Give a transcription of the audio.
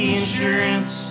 insurance